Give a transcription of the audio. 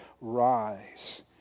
rise